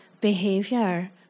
behavior